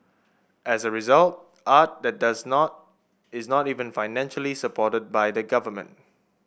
as a result art that does not is not even financially supported by the government